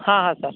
हा हा सर